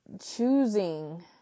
choosing